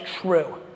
true